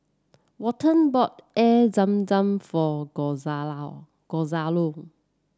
Walton bought Air Zam Zam for Gonzalo